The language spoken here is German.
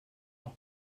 auch